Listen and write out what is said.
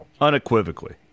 Unequivocally